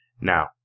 Now